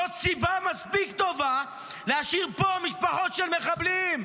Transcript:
זאת סיבה מספיק טובה להשאיר פה משפחות של מחבלים.